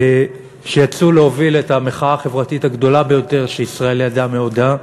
שיצאו להוביל את המחאה החברתית הגדולה ביותר שישראל ידעה מעודה,